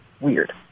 weird